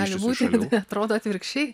gali būti bet atrodo atvirkščiai